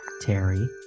Terry